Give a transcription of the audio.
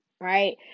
right